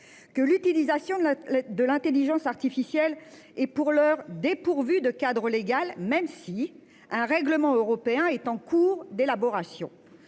Que l'utilisation de la, de l'Intelligence artificielle et pour l'heure dépourvues de cadre légal, même si un règlement européen est en cours d'élaboration.